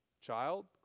Child